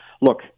Look